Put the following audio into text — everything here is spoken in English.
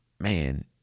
man